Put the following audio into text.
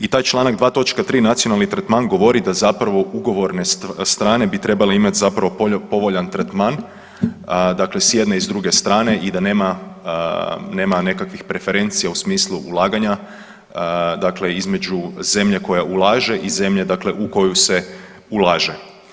I taj Članak 2. točka 3. nacionalni tretman govori da zapravo ugovorne strane bi trebale imati zapravo povoljan tretman, dakle s jedne i druge strane i da nema, nema nekakvih preferencija u smislu ulaganja, dakle između zemlje koja ulaže i zemlje dakle u koju se ulaže.